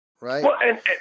right